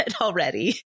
already